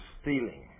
stealing